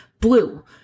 blue